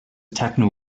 techno